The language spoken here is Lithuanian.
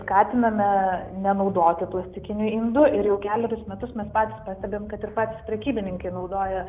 skatiname nenaudoti plastikinių indų ir jau kelerius metus mes patys pastebim kad ir patys prekybininkai naudoja